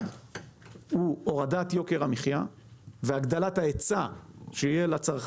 הורדת יוקר המחיה והגדלת ההיצע לאורך